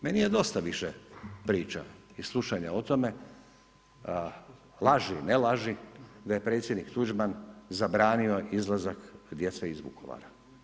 Meni je dosta više priča i slušanja o tome, laži i ne laži da je predsjednik Tuđman zabranio izlazak djece iz Vukovara.